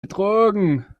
betrogen